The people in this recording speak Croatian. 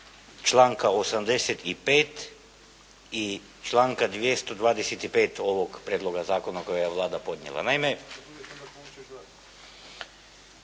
članka 85. i članka 225. ovog prijedloga zakona koji je Vlada podnijela.